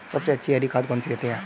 सबसे अच्छी हरी खाद कौन सी होती है?